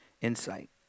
insight